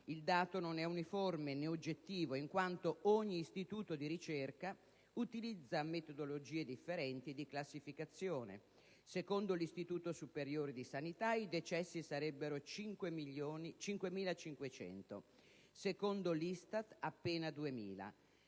Il dato non è uniforme né oggettivo in quanto ogni istituto di ricerca utilizza metodologie differenti di classificazione: secondo l'Istituto superiore di sanità i decessi sarebbero 5.500, secondo l'Istituto nazionale